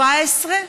17 שרפות.